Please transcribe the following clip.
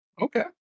Okay